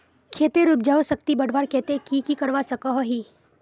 खेतेर उपजाऊ शक्ति बढ़वार केते की की करवा सकोहो ही?